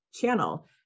channel